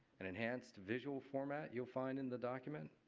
and enhanced visual format you will find in the document,